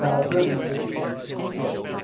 ah observing it didn't change it. yes.